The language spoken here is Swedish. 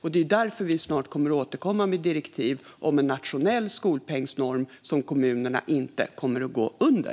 Det är därför vi snart kommer att återkomma med direktiv om en nationell skolpengsnorm som kommunerna inte kommer att gå under.